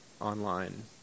online